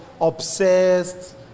obsessed